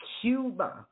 Cuba